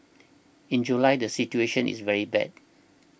in July the situation is very bad